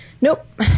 Nope